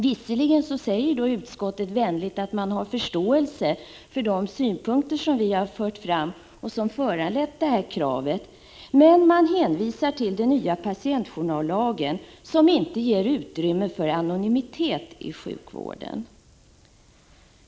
Visserligen säger utskottet vänligt att man har förståelse för de synpunkter som vi har fört fram och som föranlett detta krav, men man hänvisar till den nya patientjournallagen, som inte ger utrymme för anonymitet i sjukvården.